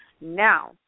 Now